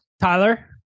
Tyler